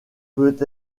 peut